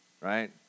right